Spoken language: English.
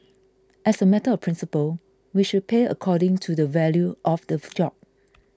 as a matter of principle we should pay according to the value of the job